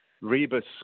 Rebus